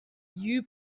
you